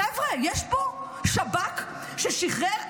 חבר'ה, יש פה שב"כ ששחרר ארכי-מחבל,